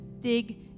dig